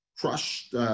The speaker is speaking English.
Crushed